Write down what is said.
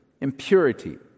Impurity